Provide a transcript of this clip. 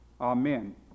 Amen